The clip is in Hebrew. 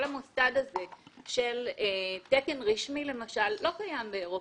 כל המוסד הזה של תקן רשמי, למשל, לא קיים באירופה.